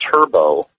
Turbo